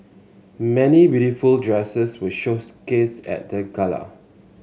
many beautiful dresses were shows cased at the gala